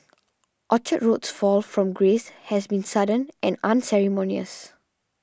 Orchard Road's fall from grace has been sudden and unceremonious